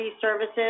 services